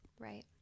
Right